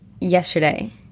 yesterday